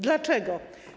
Dlaczego?